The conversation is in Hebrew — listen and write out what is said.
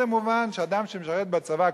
זה מובן שאדם שמשרת בצבא,